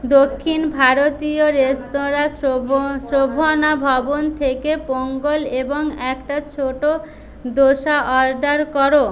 দক্ষিণ ভারতীয় রেস্তরাঁ শ্রভনা ভবন থেকে পোঙ্গল এবং একটা ছোট দোসা অর্ডার করো